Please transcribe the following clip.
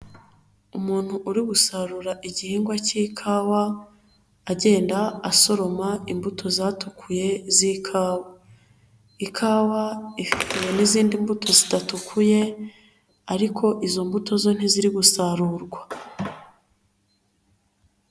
Umuntu uri gusarura igihingwa cy'ikawa agenda asoroma imbuto zatukuye z'ikawa, ikawa ifatanye n'izindi mbuto zidatukuye ariko izo mbuto zo ntiziri gusarurwa.